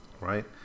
Right